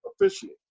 officiate